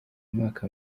umwaka